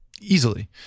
Easily